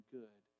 good